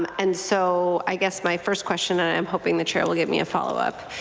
um and so i guess my first question, i'm hoping the chair will give me a follow-up.